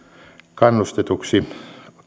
kannustetuksi